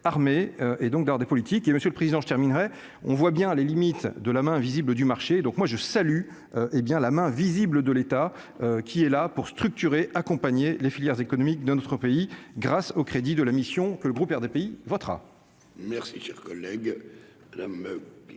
armé et donc d'ailleurs des politiques et monsieur le Président, je terminerai, on voit bien les limites de la main invisible du marché, donc moi je salue, hé bien la main visible de l'État qui est là pour structurer accompagner les filières économiques de notre pays grâce aux crédits de la mission que le groupe des pays votera. Merci, cher collègue,